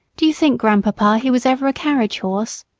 do you think, grandpapa, he was ever a carriage horse?